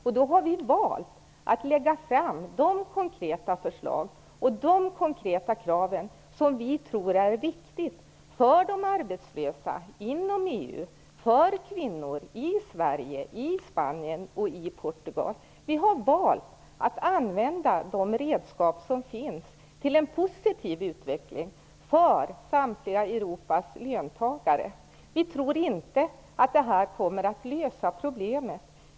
Vi har då valt att lägga fram de konkreta krav och förslag som vi tror är viktiga för de arbetslösa inom EU och för kvinnor i Sverige, i Spanien och i Portugal. Vi har valt att använda de redskap som finns för en positiv utveckling för samtliga Europas löntagare. Vi tror inte att det här kommer att lösa problemet.